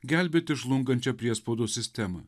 gelbėti žlungančią priespaudos sistemą